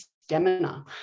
stamina